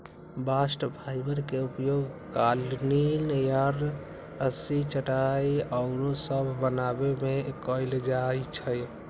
bast fibre के उपयोग कालीन, यार्न, रस्सी, चटाइया आउरो सभ बनाबे में कएल जाइ छइ